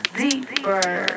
deeper